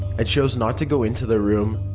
i chose not to go into the room,